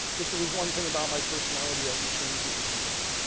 if there was one thing about my personality i could change, it would be that.